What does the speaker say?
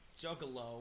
juggalo